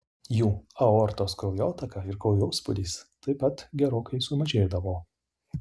jų aortos kraujotaka ir kraujospūdis taip pat gerokai sumažėdavo